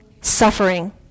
suffering